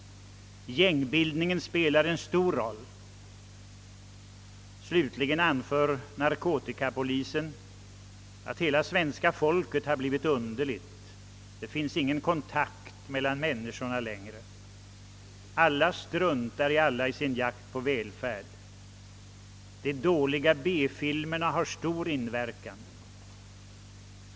Gängbildningen spelar en stor roll. Slutligen anför narkotikapolisen att rela svenska folket har blivit underligt. Det finns ingen kontakt mellan människorna längre. Alla struntar i alla vid sin jakt efter välfärd. De dåliga B-filmerna har stor inverkan.